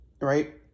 right